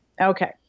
okay